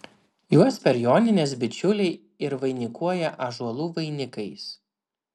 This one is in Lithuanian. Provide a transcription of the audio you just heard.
juos per jonines bičiuliai ir vainikuoja ąžuolų vainikais